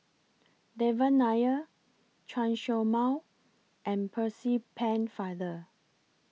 Devan Nair Chen Show Mao and Percy Pennefather